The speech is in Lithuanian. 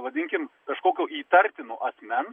vadinkim kažkokio įtartino asmens